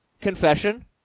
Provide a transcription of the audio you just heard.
confession